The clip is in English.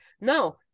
no